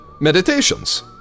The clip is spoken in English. Meditations